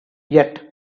yet